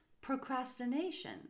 procrastination